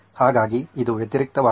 ಹಾಗಾಗಿ ಇದು ವ್ಯತಿರಿಕ್ತವಾಗಿದೆ